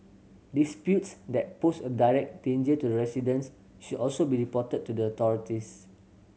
disputes that pose a direct danger to the residents should also be reported to the authorities